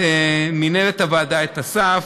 את מינהלת הוועדה, אסף,